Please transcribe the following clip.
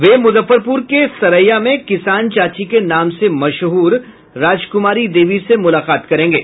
वे मुजफ्फरपुर के सरैया में किसान चाची के नाम से मशहूर राजकुमारी देवी से मुलाकात करेंगे